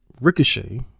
Ricochet